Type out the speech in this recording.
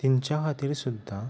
तांच्या खातीर सुद्दां